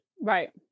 Right